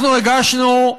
אנחנו הגשנו,